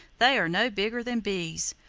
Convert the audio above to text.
they are no bigger than bees.